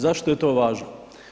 Zašto je to važno?